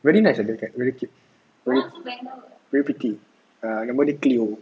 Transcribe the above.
very nice ah the cat very cute very very pretty err nama dia cleo